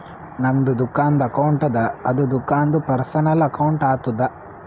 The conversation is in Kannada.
ನಮ್ದು ದುಕಾನ್ದು ಅಕೌಂಟ್ ಅದ ಅದು ದುಕಾಂದು ಪರ್ಸನಲ್ ಅಕೌಂಟ್ ಆತುದ